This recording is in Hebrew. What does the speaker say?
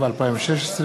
התשע"ו 2016,